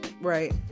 right